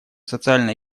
социально